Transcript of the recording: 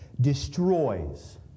destroys